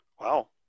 Wow